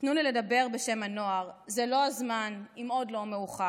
/ תנו לי לדבר בשם הנוער / זה הזמן אם עוד לא מאוחר.